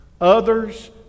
Others